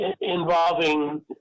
involving